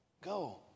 go